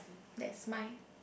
that's mine